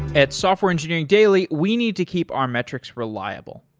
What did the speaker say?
at software engineering daily, we need to keep our metrics reliable.